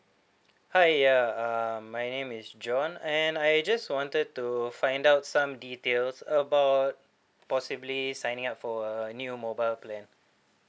hi uh um my name is john and I just wanted to find out some details about possibly signing up for a new mobile plan